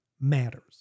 matters